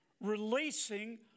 releasing